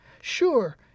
Sure